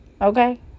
okay